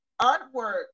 artwork